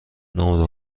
نمره